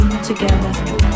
together